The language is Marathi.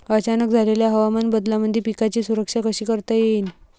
अचानक झालेल्या हवामान बदलामंदी पिकाची सुरक्षा कशी करता येईन?